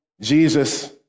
Jesus